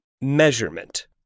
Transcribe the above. measurement